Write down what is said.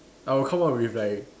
I will come up with like